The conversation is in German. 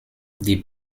die